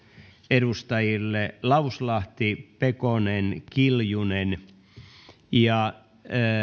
edustajille lauslahti pekonen kiljunen